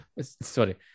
sorry